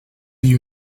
you